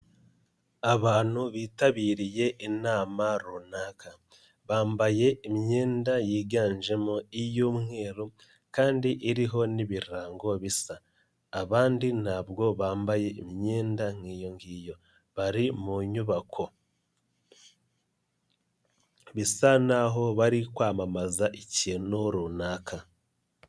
Abantu bitabiriye inama runaka, bambaye imyenda yiganjemo iy'umweru kandi iriho n'ibirango bisa, abandi ntabwo bambaye imyenda nk'iyo ngiyo bari mu nyubako, bisa n'aho bari kwamamaza ikintu runaka.